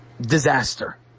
disaster